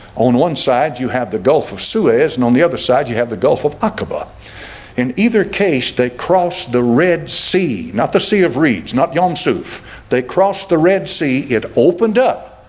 on one side you have the gulf of suez and on the other side you have the gulf of aqaba in either case. they cross the red sea not the sea of reeds. not yong-soo they crossed the red sea it opened up